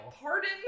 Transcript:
pardon